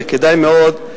וכדאי מאוד,